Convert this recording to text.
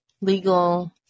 legal